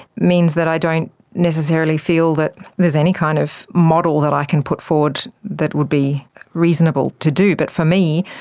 means that i don't necessarily feel that there's any kind of model that i can put forward that would be reasonable to do. but for me,